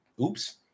Oops